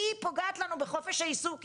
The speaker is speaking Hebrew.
היא פוגעת לנו בחופש העיסוק.